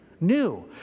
new